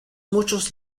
muchos